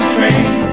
Train